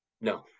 No